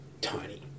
tiny